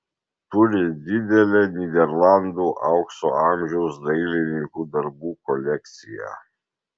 turi didelę nyderlandų aukso amžiaus dailininkų darbų kolekciją